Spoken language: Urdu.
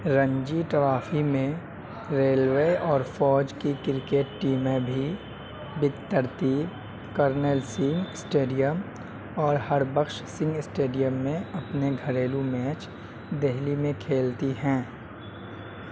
رنجی ٹرافی میں ریلوے اور فوج کی کرکٹ ٹیمیں بھی بالترتیب کرنیل سنگھ اسٹیڈیم اور ہربخش سنگھ اسٹیڈیم میں اپنے گھریلو میچ دہلی میں کھیلتی ہیں